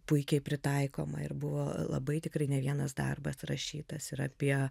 puikiai pritaikoma ir buvo labai tikrai ne vienas darbas rašytas ir apie